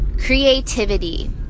creativity